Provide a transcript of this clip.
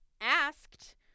asked